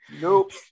nope